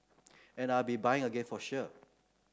and I'll be buying again for sure